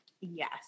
Yes